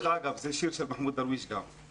אני חושב שיש פה ממדים בכיוון הנכון,